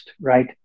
right